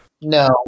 No